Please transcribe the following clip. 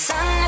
Sun